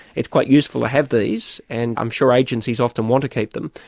it's quite useful to have these, and i'm sure agencies often want to keep them.